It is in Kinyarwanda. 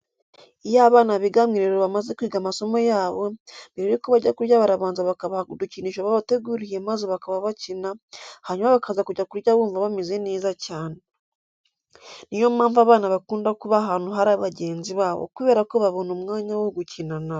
Iyo abana biga mu irerero bamaze kwiga amasomo yabo, mbere yuko bajya kurya barabanza bakabaha udukinisho babateguriye maze bakaba bakina, hanyuma bakaza kujya kurya bumva bameze neza cyane. Niyo mpamvu abana bakunda kuba ahantu hari bagenzi babo kubera ko babona umwanya wo gukina na bo.